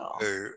Hey